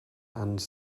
and